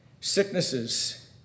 Sicknesses